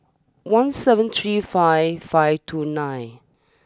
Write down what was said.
one seven three five five two nine